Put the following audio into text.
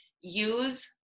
use